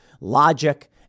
logic